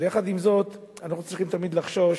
אבל יחד עם זאת, אנחנו צריכים תמיד לחשוש,